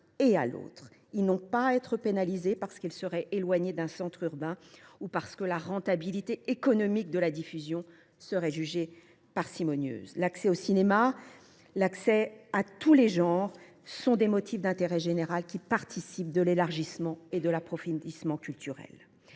et à l’autre. Ils n’ont pas à être pénalisés parce qu’ils seraient éloignés d’un centre urbain ou parce que la rentabilité économique de la diffusion serait jugée trop faible. L’accès au cinéma, à tous les genres, est un motif d’intérêt général ; il participe de l’élargissement et de l’approfondissement culturels.